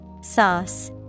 Sauce